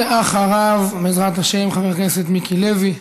ואחריו, בעזרת השם, חבר הכנסת מיקי לוי.